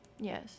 Yes